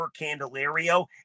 Candelario